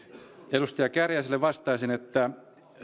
edustaja kääriäiselle vastaisin että